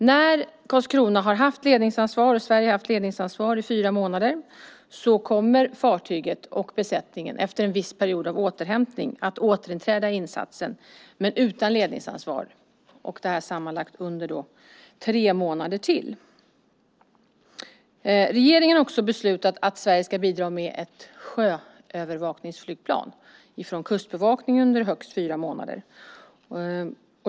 När Carlskrona och Sverige har haft ledningsansvar i fyra månader kommer fartyget och besättningen, efter en viss period av återhämtning, att återinträda insatsen, men utan ledningsansvar, under sammanlagt tre månader till. Regeringen har också beslutat att Sverige ska bidra med ett sjöövervakningsflygplan från Kustbevakningen under högst fyra månader.